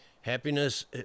happiness